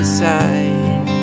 side